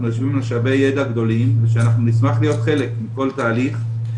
יושבים על משאבי ידע גדולים ושאנחנו נשמח להיות חלק מכל תהליך,